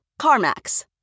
CarMax